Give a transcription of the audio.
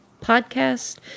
podcast